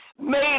made